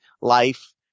life